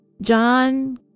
John